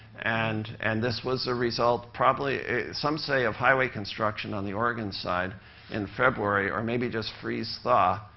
and and this was the result, probably some say of highway construction on the oregon side in february, or maybe just freeze thaw,